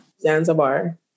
Zanzibar